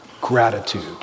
gratitude